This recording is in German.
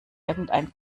irgendein